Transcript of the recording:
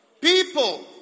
people